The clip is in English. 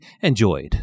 enjoyed